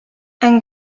ein